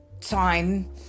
time